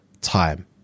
time